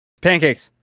Pancakes